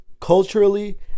Culturally